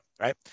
right